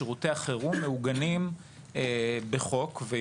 שירותי החירום מעוגנים בחוק מד"א,